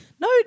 No